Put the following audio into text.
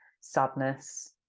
sadness